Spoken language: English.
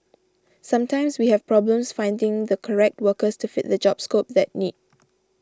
sometimes we have problems finding the correct workers to fit the job scope that need